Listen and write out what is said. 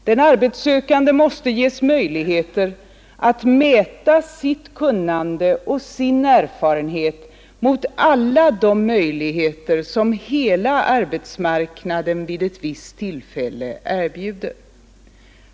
Den arbetssökande måste ges möjlighet att mäta sitt kunnande och sin erfarenhet mot alla de chanser som hela arbetsmarknaden vid ett visst tillfälle erbjuder.